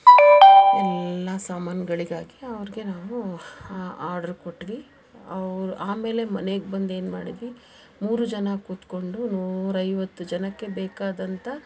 ಎಲ್ಲ ಸಾಮಾನುಗಳಿಗಾಗಿ ಅವ್ರಿಗೆ ನಾವು ಆರ್ಡ್ರು ಕೊಟ್ವಿ ಅವ್ರು ಆಮೇಲೆ ಮನೆಗೆ ಬಂದು ಏನು ಮಾಡಿದ್ವಿ ಮೂರೂ ಜನ ಕೂತ್ಕೊಂಡು ನೂರೈವತ್ತು ಜನಕ್ಕೆ ಬೇಕಾದಂಥ